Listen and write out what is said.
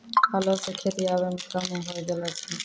हलो सें खेती आबे कम होय गेलो छै